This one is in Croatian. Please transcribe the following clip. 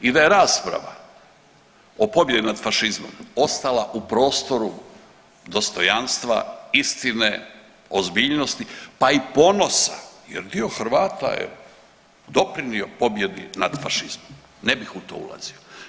I da je rasprava o pobjedi nad fašizmom ostala u prostoru dostojanstva, istine, ozbiljnosti pa i ponosa jer dio Hrvata je doprinio pobjedi nad fašizmom, ne bih u to ulazio.